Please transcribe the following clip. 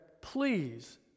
please